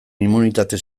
immunitate